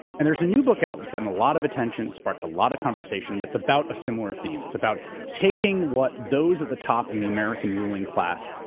and there's a new book out that's gotten a lot of attention, sparked a lot of conversation that's about a similar theme. it's about taking what those are, the top and the american ruling class,